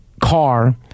car